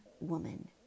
woman